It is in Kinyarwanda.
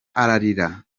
ararira